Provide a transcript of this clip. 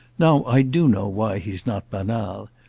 now i do know why he's not banal.